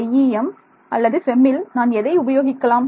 IEM அல்லது FEMல் நான் எதை உபயோகிக்கலாம்